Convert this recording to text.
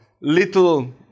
little